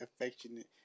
affectionate